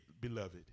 beloved